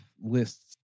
lists